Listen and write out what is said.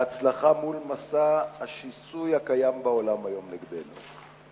להצלחה מול מסע השיסוי הקיים בעולם היום נגדנו.